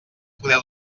poder